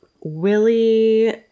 Willie